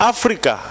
Africa